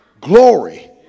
glory